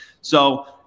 So-